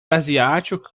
asiático